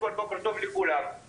בוקר טוב לכולם,